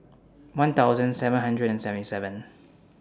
one thousand seven hundred and seventy seven